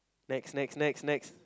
next next next next